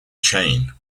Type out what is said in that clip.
chain